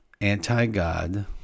anti-God